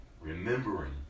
remembering